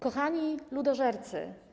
Kochani ludożercy/